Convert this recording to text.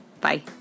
Bye